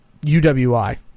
UWI